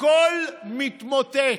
הכול מתמוטט.